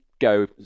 go